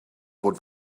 fod